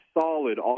solid